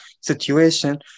situation